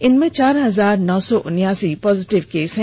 इनमें चार हजार नौ सौ उनासी एक्टिव केस हैं